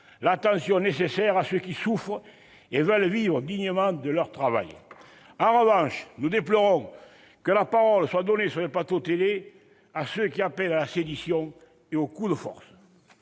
l'attention nécessaire à ceux qui souffrent et veulent vivre dignement de leur travail ! En revanche, nous déplorons que la parole soit donnée sur des plateaux de télévision à ceux qui appellent à la sédition et au coup de force.